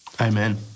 Amen